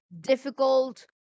difficult